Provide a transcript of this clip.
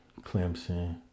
Clemson